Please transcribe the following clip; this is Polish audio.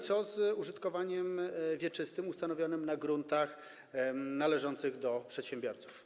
Co z użytkowaniem wieczystym ustanowionym na gruntach należących do przedsiębiorców?